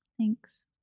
Thanks